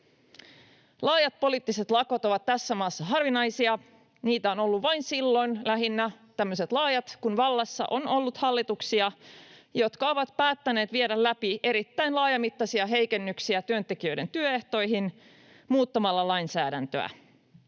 Laajat poliittiset lakot ovat tässä maassa harvinaisia. Niitä, tämmöisiä laajoja, on ollut vain lähinnä silloin, kun vallassa on ollut hallituksia, jotka ovat päättäneet viedä läpi erittäin laajamittaisia heikennyksiä työntekijöiden työehtoihin muuttamalla lainsäädäntöä.